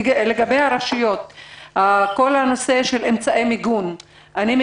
כל הנושא של אמצעי מיגון ברשויות